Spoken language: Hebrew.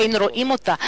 אין רואים אותו,